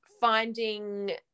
finding